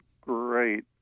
Great